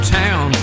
town